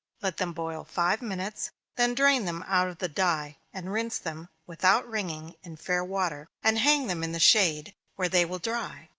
let them boil five minutes then drain them out of the dye, and rinse them, without wringing, in fair water, and hang them in the shade, where they will dry.